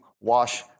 wash